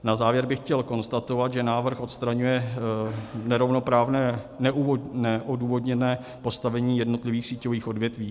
Na závěr bych chtěl konstatovat, že návrh odstraňuje nerovnoprávné neodůvodněné postavení jednotlivých síťových odvětví.